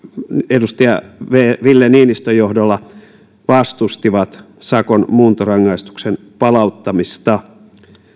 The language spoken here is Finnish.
edustaja ville niinistön johdolla vastustivat sakon muuntorangaistuksen palauttamista